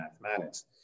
mathematics